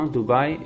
Dubai